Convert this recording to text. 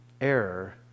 error